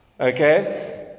Okay